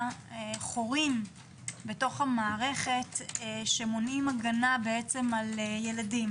חורים בתוך המערכת שמונעים הגנה על ילדים.